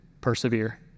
persevere